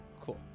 Cool